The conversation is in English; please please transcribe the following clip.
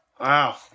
wow